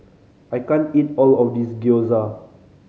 I can't eat all of this Gyoza